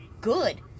good